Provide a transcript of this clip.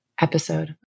episode